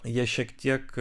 jie šiek tiek